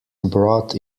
brought